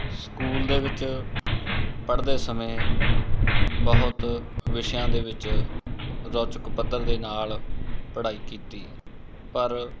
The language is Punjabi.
ਸਕੂਲ ਦੇ ਵਿੱਚ ਪੜ੍ਹਦੇ ਸਮੇਂ ਬਹੁਤ ਵਿਸ਼ਿਆਂ ਦੇ ਵਿੱਚ ਰੋਚਕ ਪੱਧਰ ਦੇ ਨਾਲ ਪੜ੍ਹਾਈ ਕੀਤੀ ਪਰ